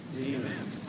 Amen